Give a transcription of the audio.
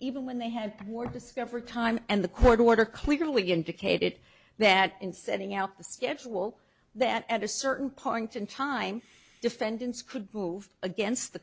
even when they had more discovery time and the court order clearly indicated that in setting out the schedule that at a certain point in time defendants could move against the